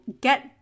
get